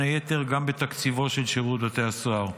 היתר גם בתקציבו של שירות בתי הסוהר.